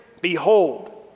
Behold